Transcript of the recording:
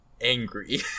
angry